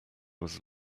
was